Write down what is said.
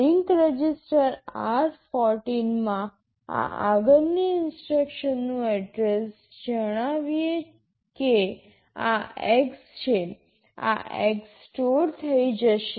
link register r14 માં આ આગળની ઇન્સટ્રક્શનનું એડ્રેસ જણાવીએ કે આ X છે આ X સ્ટોર થઈ જશે